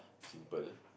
simple